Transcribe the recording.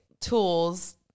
tools